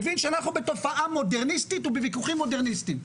מבין שאנחנו בתופעה מודרניסטית ובוויכוחים מודרניסטיים.